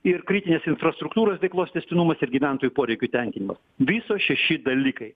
ir kritinės infrastruktūros veiklos tęstinumas ir gyventojų poreikių tenkinimas viso šeši dalykai